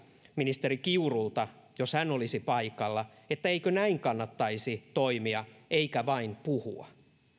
ministeri kiurulta jos hän olisi ollut paikalla että eikö kannattaisi toimia näin eikä vain puhua